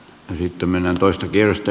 sitten mennään toista kierrosta